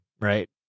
right